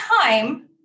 time